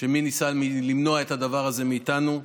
כולל הצעות חוק שלך.